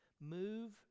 Move